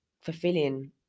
fulfilling